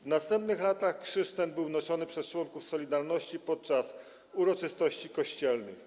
W następnych latach krzyż ten był noszony przez członków „Solidarności” podczas uroczystości kościelnych.